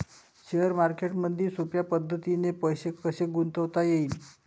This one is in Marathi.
शेअर मार्केटमधी सोप्या पद्धतीने पैसे कसे गुंतवता येईन?